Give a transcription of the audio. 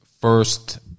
first